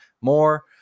More